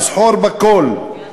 לסחור בכול,